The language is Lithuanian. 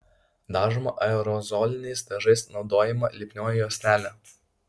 dažoma aerozoliniais dažais naudojama lipnioji juostelė